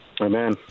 Amen